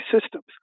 systems